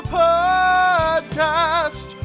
podcast